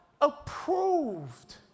approved